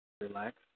Relax